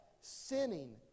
sinning